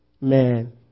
man